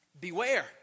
Beware